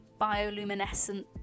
bioluminescent